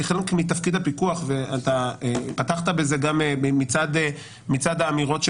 כחלק מתפקיד הפיקוח ואתה פתחת בזה גם מצד האמירות של